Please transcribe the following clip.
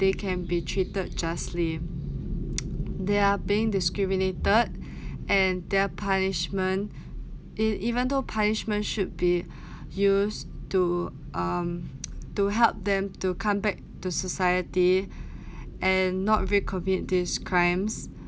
that they can be treated justly they're being discriminated and their punishment e~ even though punishment should be used to um to help them to come back to society and not re-commit this crimes